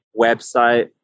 website